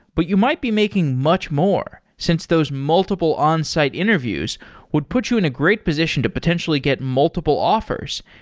but you might be making much more since those multiple onsite interviews would put you in a great position to potentially get multiple offers,